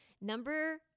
number